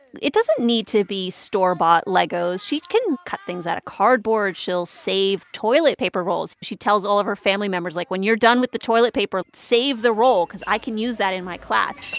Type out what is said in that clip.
it doesn't need to be store-bought legos. she can cut things out of cardboard. she'll save toilet paper rolls. she tells all of her family members, like, when you're done with the toilet paper, save the roll because i can use that in my class.